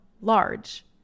large